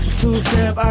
two-step